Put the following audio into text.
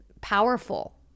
powerful